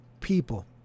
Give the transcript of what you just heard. people